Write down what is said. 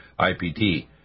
IPT